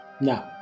No